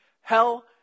Hell